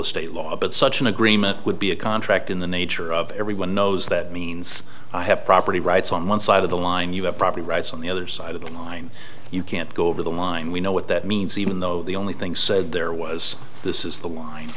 estate law but such an agreement would be a contract in the nature of everyone knows that means i have property rights on one side of the line you have property rights on the other side of the line you can't go over the line we know what that means even though the only thing said there was this is the line